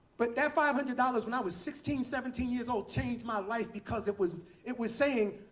but that five hundred dollars when i was sixteen, seventeen years old, changed my life because it was it was saying,